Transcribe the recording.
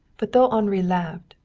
but, though henri laughed,